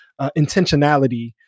intentionality